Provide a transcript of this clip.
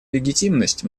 легитимность